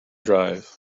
drive